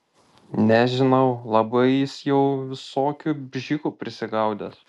nežinau labai jau jis visokių bžikų prisigaudęs